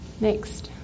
Next